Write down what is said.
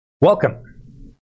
welcome